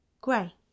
grey